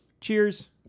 cheers